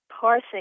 parsing